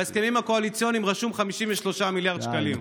בהסכמים הקואליציוניים רשום 53 מיליארד שקלים.